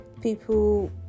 people